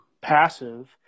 passive